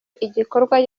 igikorwa